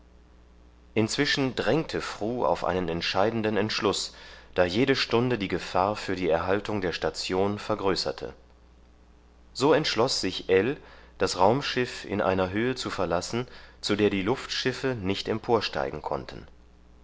inzwischen drängte fru auf einen entscheidenden entschluß da jede stunde die gefahr für die erhaltung der station vergrößerte so entschloß sich ell das raumschiff in einer höhe zu verlassen zu der die luftschiffe nicht emporsteigen konnten